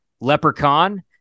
leprechaun